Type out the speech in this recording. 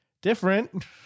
different